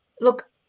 Look